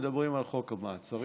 מדברים על חוק המעצרים,